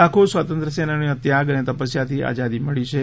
લાખો સ્વાતંત્ર્ય સેનાનીઓના ત્યાગ અને તપસ્યાથી આઝાદી મળી છે